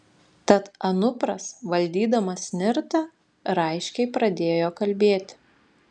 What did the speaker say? tad anupras valdydamas nirtą raiškiai pradėjo kalbėti